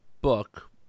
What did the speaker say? book